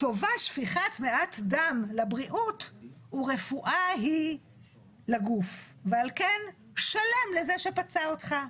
טובה שפיכת מעט דם לבריאות ורפואה היא לגוף ועל כן שלם לזה שפצע אותך.'